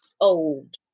old